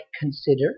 consider